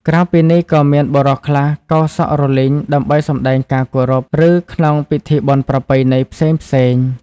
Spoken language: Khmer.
ក្រៅពីនេះ ក៏មានបុរសខ្លះកោរសក់រលីងដើម្បីសម្ដែងការគោរព ឬក្នុងពិធីបុណ្យប្រពៃណីផ្សេងៗ។